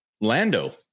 Lando